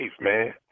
man